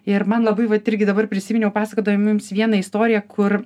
ir man labai vat irgi dabar prisiminiau pasakodama jums vieną istoriją kur